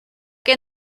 que